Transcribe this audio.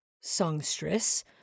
songstress